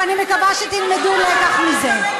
ואני מקווה שתלמדו לקח מזה.